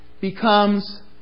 becomes